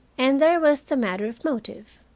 and there was the matter of motive.